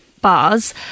bars